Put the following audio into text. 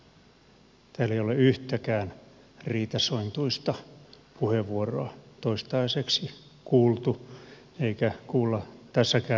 täällä ei ole yhtäkään riitasointuista puheenvuoroa toistaiseksi kuultu eikä kuulla tässäkään yhteydessä